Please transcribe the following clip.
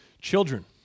Children